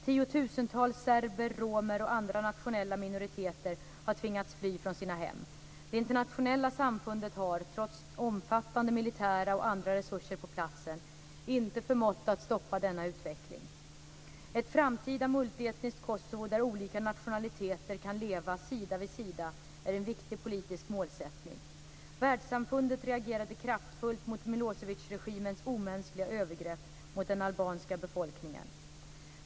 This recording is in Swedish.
Tiotusentals serber, romer och andra nationella minoriteter har tvingats fly från sina hem. Det internationella samfundet har, trots omfattande militära och andra resurser på platsen, inte förmått att stoppa denna utveckling. Ett framtida multietniskt Kosovo där olika nationaliteter kan leva sida vid sida är en viktig politisk målsättning. Världssamfundet reagerade kraftfullt mot Milosevic-regimens omänskliga övergrepp mot den albanska befolkningen.